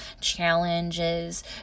challenges